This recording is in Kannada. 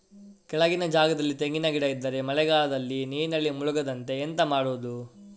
ಕೆಳಗಿನ ಜಾಗದಲ್ಲಿ ತೆಂಗಿನ ಗಿಡ ಇದ್ದರೆ ಮಳೆಗಾಲದಲ್ಲಿ ನೀರಿನಲ್ಲಿ ಮುಳುಗದಂತೆ ಎಂತ ಮಾಡೋದು?